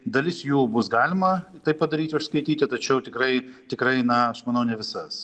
dalis jų bus galima tai padaryti užskaityti tačiau tikrai tikrai na aš manau ne visas